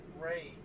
Great